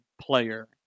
player